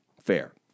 fair